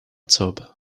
tub